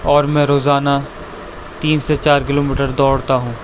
اور میں روزانہ تین سے چار کلو میٹر دوڑتا ہوں